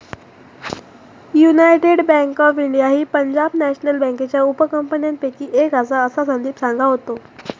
United Bank of India ही Punjab national बँकेच्या उपकंपन्यांपैकी एक आसा, असा संदीप सांगा होतो